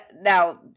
Now